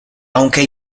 aunque